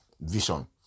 vision